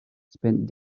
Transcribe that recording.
spend